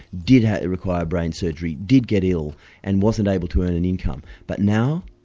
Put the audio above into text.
did ah require brain surgery, did get ill and wasn't able to earn an income. but now,